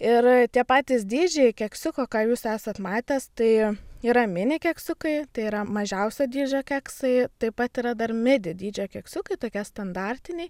ir tie patys dydžiai keksiuko ką jūs esat matęs tai yra mini keksiukai tai yra mažiausio dydžio keksai taip pat yra dar midi dydžio keksiukai tokie standartiniai